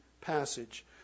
passage